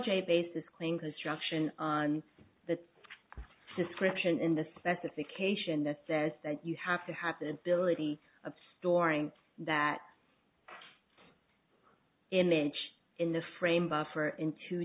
a bases claim construction on the description in the specification that says that you have to have the ability of storing that image in the frame buffer in two